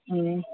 હં